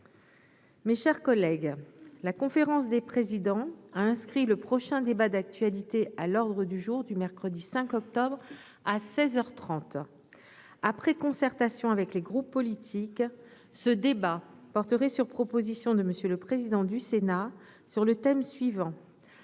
Mes chers collègues, la conférence des présidents a inscrit le prochain débat d'actualité à l'ordre du jour du mercredi 5 octobre à 16 heures 30 après concertation avec les groupes politiques ce débat porterait sur proposition de monsieur le président du Sénat sur le thème suivant